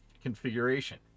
configuration